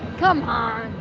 come on